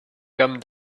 come